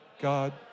God